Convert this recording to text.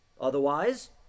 Otherwise